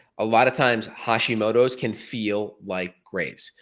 a lot of times hashimoto's can feel like graves'.